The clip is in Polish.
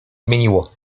zmieniło